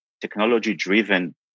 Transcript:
technology-driven